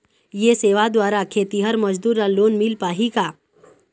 ये सेवा द्वारा खेतीहर मजदूर ला लोन मिल पाही का?